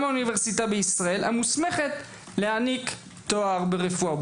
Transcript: אוניברסיטה בישראל המוסמכת להעניק תואר ברפואה,